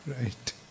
right